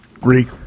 Greek